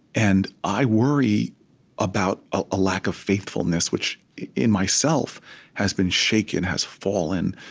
and i worry about a lack of faithfulness, which in myself has been shaken, has fallen